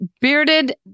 bearded